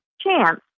chance